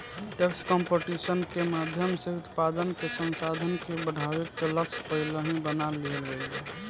tax competition के माध्यम से उत्पादन के संसाधन के बढ़ावे के लक्ष्य पहिलही बना लिहल गइल बा